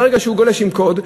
ברגע שהוא גולש עם קוד,